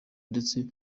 ndetse